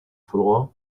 floor